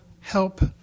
help